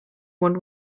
won